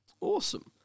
Awesome